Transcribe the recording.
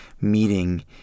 meeting